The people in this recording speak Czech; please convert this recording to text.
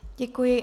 Děkuji.